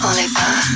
Oliver